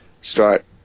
start